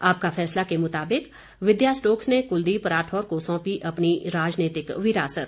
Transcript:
आपका फैसला के मुताबिक विद्या स्टोक्स ने कुलदीप राठौर को सोंपी अपनी राजनीतिक विरासत